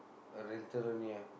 a rental only lah